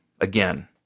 Again